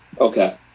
Okay